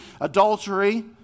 adultery